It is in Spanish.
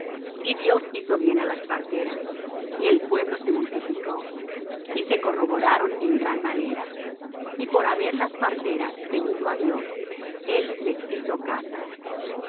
y dios hizo bien á las parteras y el pueblo se multiplicó y se corroboraron en gran manera y por haber las parteras temido á dios él les hizo casas